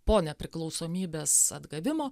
po nepriklausomybės atgavimo